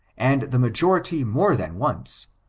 and the majority more than once,